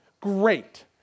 great